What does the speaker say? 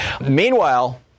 Meanwhile